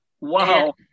Wow